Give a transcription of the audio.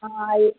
हाँ है